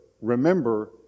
remember